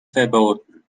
verboten